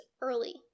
early